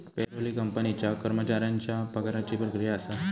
payroll ही कंपनीच्या कर्मचाऱ्यांच्या पगाराची प्रक्रिया असा